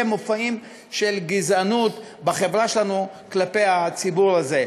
מופעים של גזענות בחברה שלנו כלפי הציבור הזה.